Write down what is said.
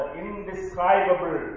indescribable